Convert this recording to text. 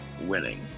winning